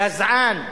גזען,